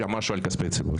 כמה פעמים זה עבר.